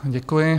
Děkuji.